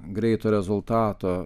greito rezultato